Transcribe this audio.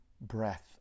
breath